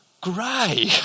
grey